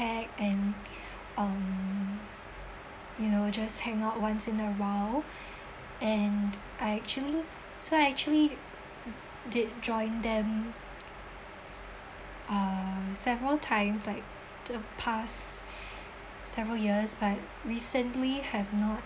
and um you know just hang out once in a while and I actually so I actually did join them uh several times like the past several years but recently have not